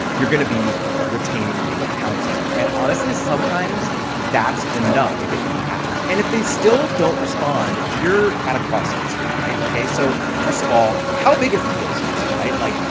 you're gonna be retaining legal counsel. and and honestly, sometimes sometimes that's enough to get them to act. and if they still don't respond, you're at a crossroads here, right? okay, so first of all, how big is the deal size, right? like,